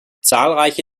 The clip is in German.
zahlreiche